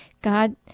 God